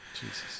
Jesus